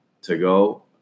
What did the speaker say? to-go